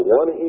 one